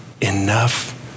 enough